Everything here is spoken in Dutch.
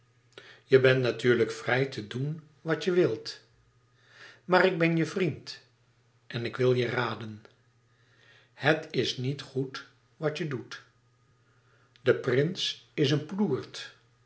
je bent natuurlijk vrij te doen wat je wilt maar ik ben je vriend en ik wil je raden het is niet goed wat je doet de prins is een ploert